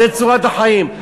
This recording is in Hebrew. זו צורת החיים.